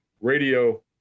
radio